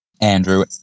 Andrew